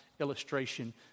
illustration